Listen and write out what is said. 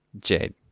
Jade